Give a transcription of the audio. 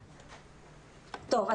טוב,